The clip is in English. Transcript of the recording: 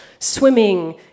swimming